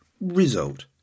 Result